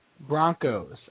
Broncos